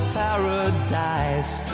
paradise